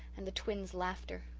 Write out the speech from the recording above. and the twins' laughter,